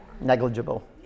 negligible